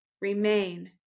remain